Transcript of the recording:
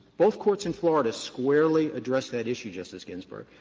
both courts in florida, squarely addressed that issue, justice ginsburg.